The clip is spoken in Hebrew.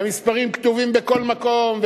והמספרים כתובים בכל מקום.